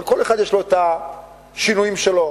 אבל כל אחד יש לו השינויים שלו,